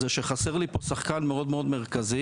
זה שחסר לי פה שחקן מאוד מאוד מרכזי.